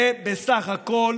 זה בסך הכול